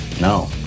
No